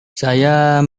saya